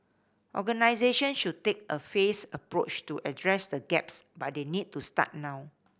organisation should take a phased approach to address the gaps but they need to start now